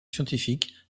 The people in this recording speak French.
scientifiques